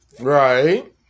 Right